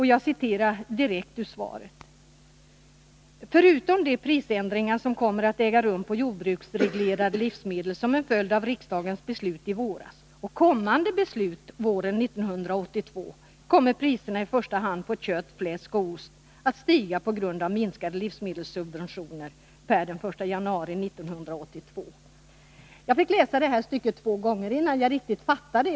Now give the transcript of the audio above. Jag citerar direkt ur svaret: ”Förutom de prisändringar som kommer att äga rum på jordbruksprisreglerade livsmedel som en följd av riksdagens beslut i våras och kommande beslut våren 1982 kommer priserna på i första hand kött, fläsk och ost att stiga på grund av minskade livsmedelssubventioner per den 1 januari 1982.” Jag fick läsa detta stycke två gånger innan jag riktigt fattade det.